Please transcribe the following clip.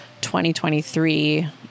2023